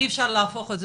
אי אפשר להפוך את זה,